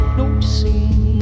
noticing